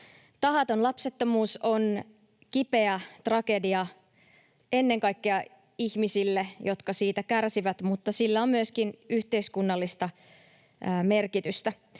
Tahaton lapsettomuus on kipeä tragedia ennen kaikkea ihmisille, jotka siitä kärsivät, mutta sillä on myöskin yhteiskunnallista merkitystä.